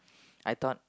I thought